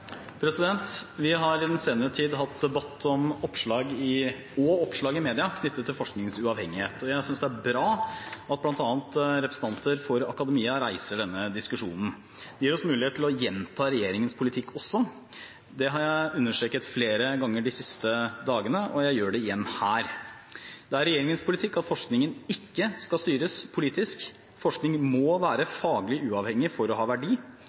Vi har i den senere tid hatt debatt og oppslag i media knyttet til forskningens uavhengighet, og jeg synes det er bra at bl.a. representanter for akademia reiser denne diskusjonen. Det gir oss også mulighet til å gjenta regjeringens politikk. Det har jeg understreket flere ganger de siste dagene, og jeg gjør det igjen her. Det er regjeringens politikk at forskningen ikke skal styres politisk. Forskningen må være faglig uavhengig for å ha verdi.